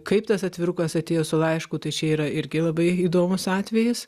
kaip tas atvirukas atėjo su laišku tai čia yra irgi labai įdomus atvejis